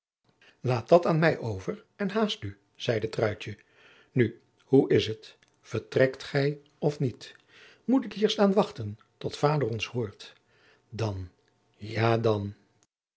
laat dat aan mij over en haast u zeide truitje nu hoe is t vertrekt gij of niet moet ik hier staan wachten tot vader ons hoort dan ja dan